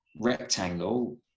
rectangle